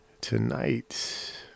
tonight